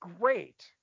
great